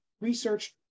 research